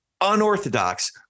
Unorthodox